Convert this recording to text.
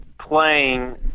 playing